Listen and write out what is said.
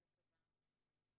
אני מקווה,